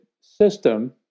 system